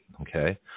okay